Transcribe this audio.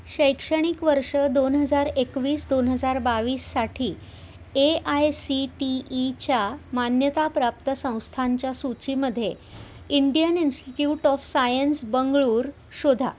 शैक्षणिक वर्ष दोन हजार एकवीस दोन हजार बावीससाठी ए आय सी टी ईच्या मान्यताप्राप्त संस्थांच्या सूचीमध्ये Indian institute of science Bengaluru शोधा